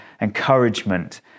encouragement